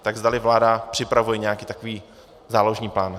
Tak zdali vláda připravuje nějaký takový záložní plán.